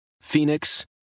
Phoenix